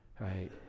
right